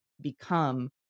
become